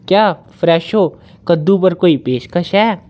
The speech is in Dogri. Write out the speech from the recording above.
क्या फ्रैशो कद्दू पर कोई पेशकश है